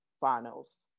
finals